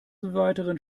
weiteren